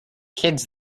kids